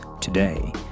today